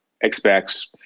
expects